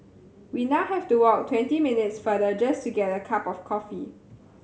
we now have to walk twenty minutes farther just to get a cup of coffee